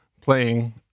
playing